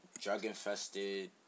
drug-infested